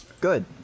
Good